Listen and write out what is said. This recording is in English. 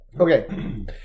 Okay